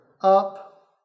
up